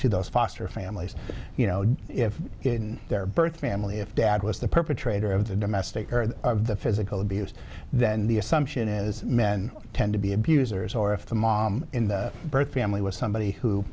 to those foster families you know if their birth family if dad was the perpetrator of the domestic the physical abuse then the assumption is men tend to be abusers or if the mom in the birth family was somebody who